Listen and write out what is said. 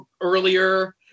earlier